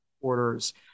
orders